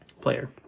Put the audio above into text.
player